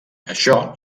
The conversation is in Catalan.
això